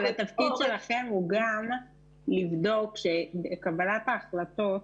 אבל התפקיד שלכם הוא גם לבדוק שקבלת ההחלטות